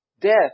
death